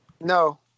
No